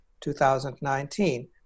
2019